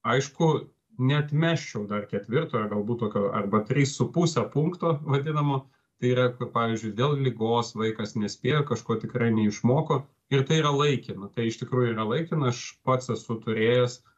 aišku neatmesčiau dar ketvirtojo galbūt tokio arba trys su puse punkto vadinamo tai yra kur pavyzdžiui dėl ligos vaikas nespėjo kažko tikrai neišmoko ir tai yra laikina tai iš tikrųjų yra laikina aš pats esu turėjęs